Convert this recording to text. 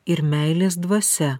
ir meilės dvasia